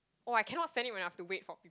oh I cannot stand it when I have to wait for